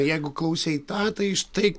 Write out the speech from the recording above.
jeigu klausei tą tai štai